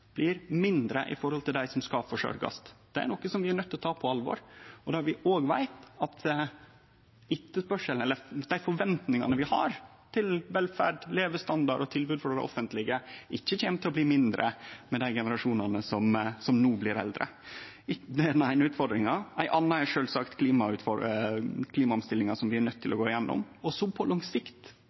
blir mindre i forhold til dei som skal bli forsørgde. Det er noko vi er nøydde til å ta på alvor. Det vi òg veit, er at dei forventningane vi har til velferd, levestandard og tilbod frå det offentlege, ikkje kjem til å bli mindre med dei generasjonane som no blir eldre. Det er den eine utfordringa. Ei anna er sjølvsagt klimaomstillinga som vi er nøydde til å gå gjennom, og på lang sikt